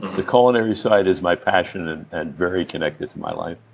the culinary side is my passion and and very connected to my life.